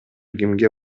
кимге